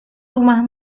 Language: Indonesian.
rumah